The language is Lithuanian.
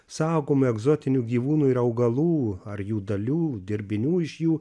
saugomų egzotinių gyvūnų ir augalų ar jų dalių dirbinių iš jų